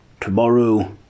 Tomorrow